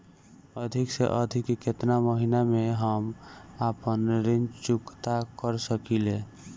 अधिक से अधिक केतना महीना में हम आपन ऋण चुकता कर सकी ले?